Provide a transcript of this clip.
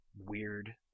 weird